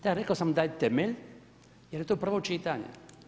Da, rekao sam da je temelj jer je to prvo čitanje.